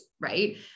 right